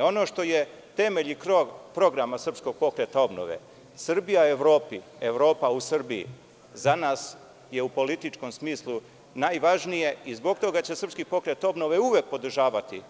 Ono što je temelj i krov programa SPO - Srbija u Evropi, Evropa u Srbiji, za nas je u političkom smislu najvažnije i zbog toga će SPO uvek podržavati